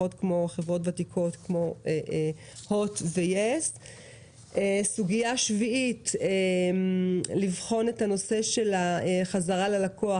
7. לבחון את הנושא של החזרה ללקוח